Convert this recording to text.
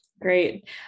Great